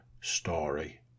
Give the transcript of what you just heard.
story